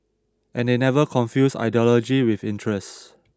and they never confused ideology with interest